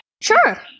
sure